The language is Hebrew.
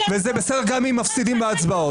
פה ---- וזה בסדר גם אם מפסידים בהצבעות.